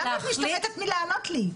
למה את משתמטת מלענות לי?